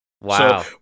wow